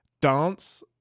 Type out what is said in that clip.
dance